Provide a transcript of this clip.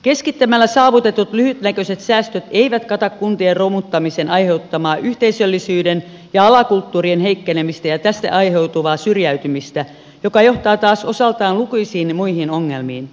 keskittämällä saavutetut lyhytnäköiset säästöt eivät kata kuntien romuttamisen aiheuttamaa yhteisöllisyyden ja alakulttuurien heikkenemistä ja tästä aiheutuvaa syrjäytymistä joka johtaa taas osaltaan lukuisiin muihin ongelmiin